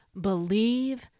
Believe